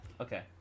Okay